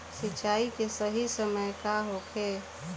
सिंचाई के सही समय का होखे?